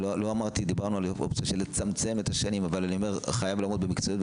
לא דיברנו על אופציה לצמצם את השנים אבל זה חייב לעמוד במקצועיות,